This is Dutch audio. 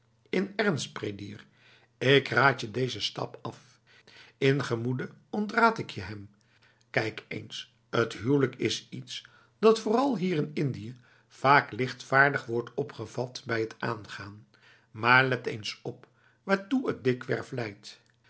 in ernst prédier ik raad je deze stap af in gemoede ontraad ik je hem kijk eens t huwelijk is iets dat vooral hier in indië vaak lichtvaardig wordt opgevat bij het aangaan maar let eens op waartoe dat dikwerf leidt